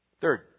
Third